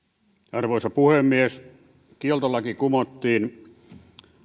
arvoisa puhemies kieltolaki kumottiin